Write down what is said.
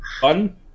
fun